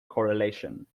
correlation